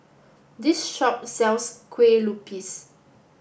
this shop sells Kueh Lupis